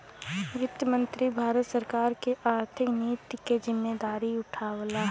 वित्त मंत्री भारत सरकार क आर्थिक नीति क जिम्मेदारी उठावला